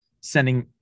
sending